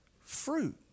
fruit